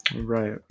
Right